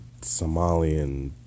Somalian